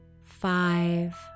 five